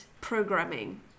programming